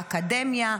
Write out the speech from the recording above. באקדמיה,